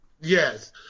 Yes